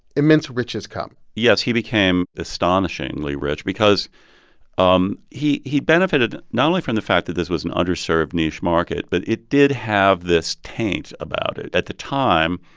immense riches come yes. he became astonishingly rich because um he he benefited not only from the fact that this was an underserved niche market, but it did have this taint about it. at the time,